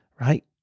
right